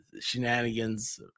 shenanigans